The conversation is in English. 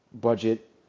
budget